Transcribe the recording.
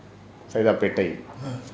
saidapet